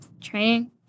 Training